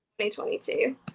2022